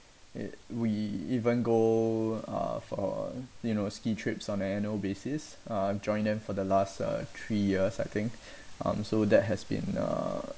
it we even go uh for you know ski trips on an annual basis uh I've joined them for the last uh three years I think um so that has been uh